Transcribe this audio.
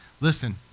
Listen